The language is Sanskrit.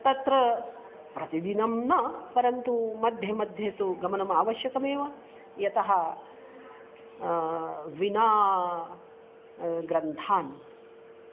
तत्र प्रतिदिनं न परन्तु मध्ये मध्ये तु गमनम् आवश्यकमेव यतः विना ग्रन्थान्